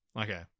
okay